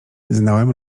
znałem